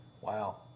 Wow